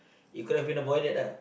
it could have been avoided ah